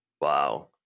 Wow